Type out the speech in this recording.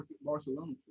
Barcelona